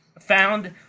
found